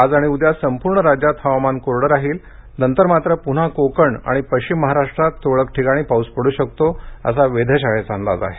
आज आणि उद्या संपूर्ण राज्यात हवामान कोरडं राहील नंतर मात्र पून्हा कोकण आणि पश्चिम महाराष्ट्रात तूरळक ठिकाणी पाऊस पडू शकतो असा वेधशाळेचा अंदाज आहे